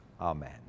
Amen